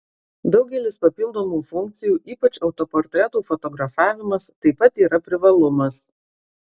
daugelis papildomų funkcijų ypač autoportretų fotografavimas taip pat yra privalumas